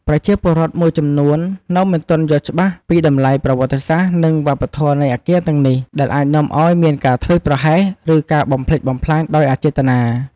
ប្រជាពលរដ្ឋមួយចំនួននៅមិនទាន់យល់ច្បាស់ពីតម្លៃប្រវត្តិសាស្ត្រ និងវប្បធម៌នៃអគារទាំងនេះ ដែលអាចនាំឱ្យមានការធ្វេសប្រហែស ឬការបំផ្លិចបំផ្លាញដោយអចេតនា។